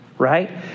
Right